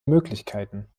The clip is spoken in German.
möglichkeiten